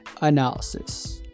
analysis